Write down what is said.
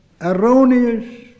erroneous